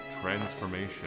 transformation